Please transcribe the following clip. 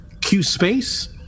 Q-Space